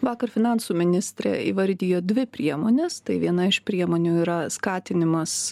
vakar finansų ministrė įvardijo dvi priemones tai viena iš priemonių yra skatinimas